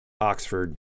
Oxford